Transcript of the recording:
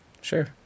Sure